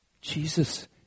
Jesus